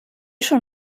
schon